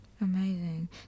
Amazing